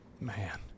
Man